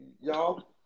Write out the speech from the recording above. y'all